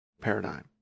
paradigm